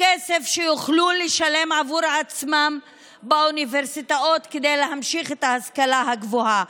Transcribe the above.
כסף שיוכלו לשלם עבור עצמם באוניברסיטאות כדי להמשיך את ההשכלה הגבוהה.